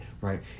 right